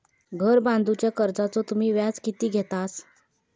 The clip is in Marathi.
घर बांधूच्या कर्जाचो तुम्ही व्याज किती घेतास?